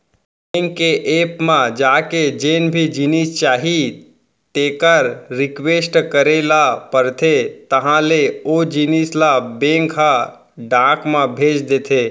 bank के app म जाके जेन भी जिनिस चाही तेकर रिक्वेस्ट करे ल परथे तहॉं ले ओ जिनिस ल बेंक ह डाक म भेज देथे